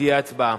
ותהיה הצבעה.